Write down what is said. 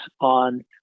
on